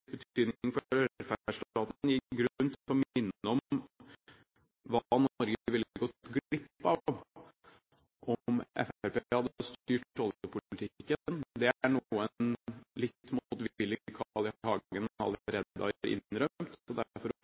betydning for velferdsstaten, gir grunn til å minne om hva Norge ville gått glipp av om Fremskrittspartiet hadde styrt oljepolitikken. Det er noe en litt